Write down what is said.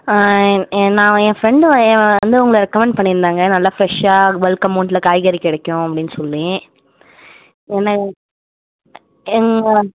ஆ என் ஃபிரெண்ட் வந்து உங்களை ரெக்கமண்ட் பண்ணியிருந்தாங்க நல்லா ஃபிரெஷ்ஷாக பல்க் அமௌண்ட்டில் காய்கறி கிடைக்கும் அப்படின்னு சொல்லி